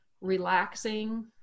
relaxing